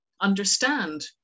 understand